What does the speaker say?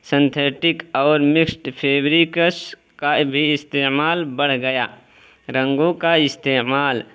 synthetic اور mixed fabrics کا بھی استعمال بڑھ گیا رنگوں کا استعمال